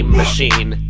machine